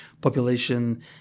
population